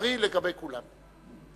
מוסרי לגבי כולם.